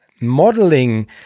modeling